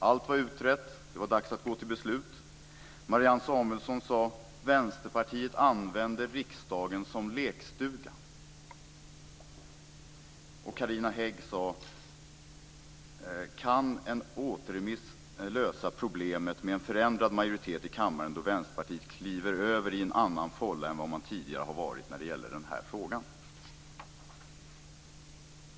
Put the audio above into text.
Allt var utrett, och det var dags att gå till beslut. Marianne Samuelsson sade: Vänsterpartiet använder riksdagen som lekstuga. Carina Hägg sade: Kan en återremiss lösa problemet med en förändrad majoritet i kammaren då Vänsterpartiet kliver över i en annan fålla än den man tidigare har varit i när det gäller den här frågan?